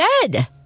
dead